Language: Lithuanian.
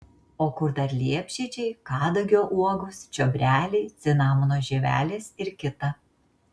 o kur dar liepžiedžiai kadagio uogos čiobreliai cinamono žievelės ir kita